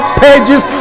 pages